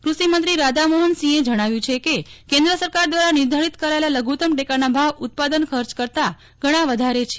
ક્રષિમંત્રી રાધામોહન સિંહે જજ્ઞાવ્યું છે કે કેન્દ્ર સરકાર દ્વારા નિર્ધારિત કરાયેલા લઘુત્તમ ટેકાના ભાવ ઉત્પાદન ખર્ચ કરતાં ઘણા વધારે છે